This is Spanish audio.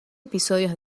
episodios